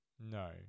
no